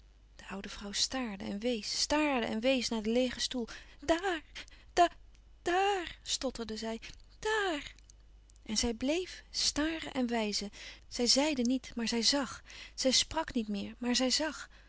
de oude vrouw staarde en wees staarde en wees naar den leêgen stoel dààr daa dààr stotterde zij dààr en zij bleef staren en wijzen zij zeide niet maar zij zàg zij sprak niet meer maar zij zag